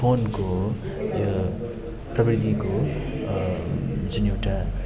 फोनको यो प्रविधिको जुन एउटा